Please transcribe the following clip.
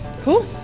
Cool